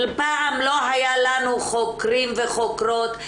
פעם לא היה לנו חוקרים וחוקרות.